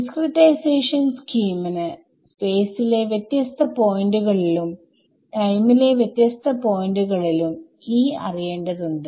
discretization സ്കീമിനു space ലെ വ്യത്യസ്ത പോയിന്റ്കളിലും ടൈമിലെ വ്യത്യാസത പോയിന്റ്കളിലും E അറിയേണ്ടതുണ്ട്